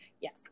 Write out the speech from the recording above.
Yes